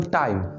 time